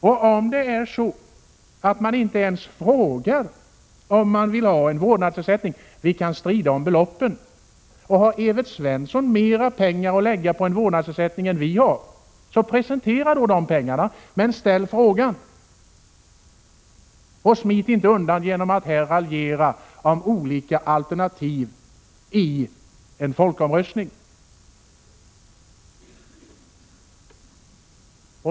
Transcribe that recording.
Vi kan strida om beloppen när det gäller vårdnadsersättningen. Har Evert Svensson mera pengar att lägga på en vårdnadsersättning än vi har, så presentera de pengarna, men ställ ändå frågan, vad familjerna vill ha, och smit inte undan genom att raljera över olika alternativ i en folkomröstning!